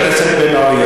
חבר הכנסת בן-ארי,